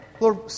Lord